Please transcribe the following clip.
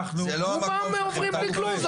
רובם עוברים בלי כלום.